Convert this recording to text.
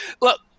Look